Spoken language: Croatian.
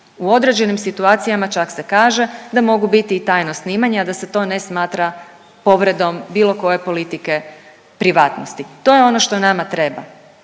U određenim situacijama čak se kaže da mogu biti i tajno snimanje, a da se to ne smatra povredom bilo koje politike privatnosti, to je ono što nama treba.